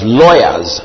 lawyers